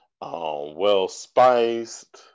well-spiced